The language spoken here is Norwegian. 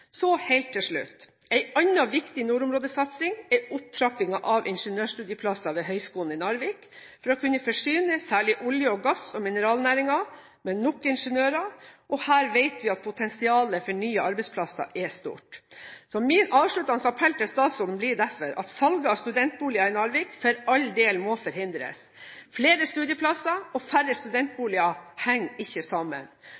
Så helt til slutt: En annen viktig nordområdesatsing er opptrappingen av ingeniørstudieplasser ved Høgskolen i Narvik for å kunne forsyne særlig olje-, gass- og mineralnæringen med nok ingeniører, og her vet vi at potensialet for nye arbeidsplasser er stort. Min avsluttende appell til statsråden blir derfor at salget av studentboliger i Narvik for all del må forhindres. Flere studieplasser og færre